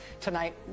tonight